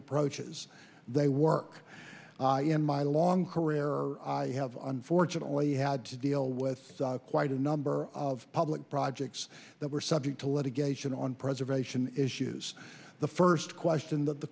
approaches they work in my long career i have unfortunately had to deal with quite a number of public projects that were subject to litigation on preservation issues the first question that the